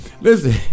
Listen